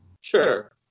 Sure